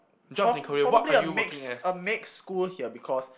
prob~ probably a mixed a mixed school here because